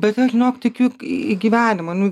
bet aš žinok tikiu į gyvenimą nu